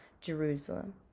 Jerusalem